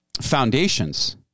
foundations